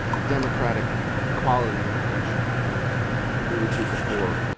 democratic quality of a nation that you alluded to before,